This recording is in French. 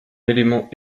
élément